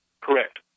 Correct